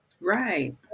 Right